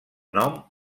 nom